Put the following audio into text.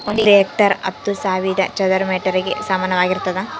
ಒಂದು ಹೆಕ್ಟೇರ್ ಹತ್ತು ಸಾವಿರ ಚದರ ಮೇಟರ್ ಗೆ ಸಮಾನವಾಗಿರ್ತದ